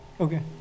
okay